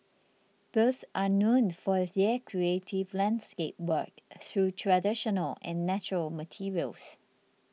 both are known for their creative landscape work through traditional and natural materials